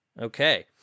Okay